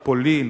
פולין,